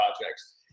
projects